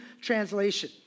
Translation